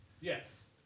Yes